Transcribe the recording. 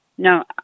No